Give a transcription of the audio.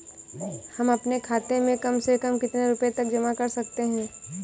हम अपने खाते में कम से कम कितने रुपये तक जमा कर सकते हैं?